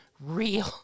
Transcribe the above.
real